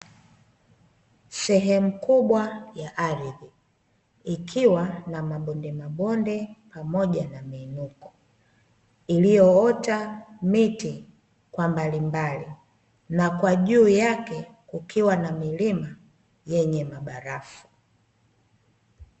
Sehemu kubwa ya ardhi ikiwa na mabonde mabonde pamoja na miinuko iliyoota miti kwa mbalimbali na kwa juu yake kukiwa na milima yenye mabarafu.